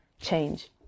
change